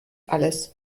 alles